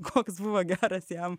koks buvo geras jam